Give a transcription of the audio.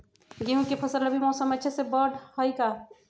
गेंहू के फ़सल रबी मौसम में अच्छे से बढ़ हई का?